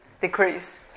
decrease